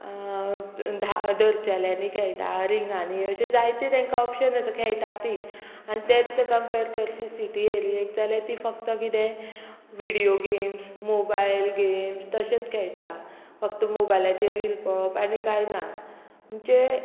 धा धरच्याल्यानी खेळटा रिंगांनी अशें जायते तांकां ऑप्शन खेळटा ती आनी तेत कंपेर करची सिटी येयली जाल्यार ती फक्त कितें विडियो गेम्स मोबायल गेम्स तशेंत खेळटा फक्त मोबायलाचेर रील पळोवप आनी कांय ना म्हणजे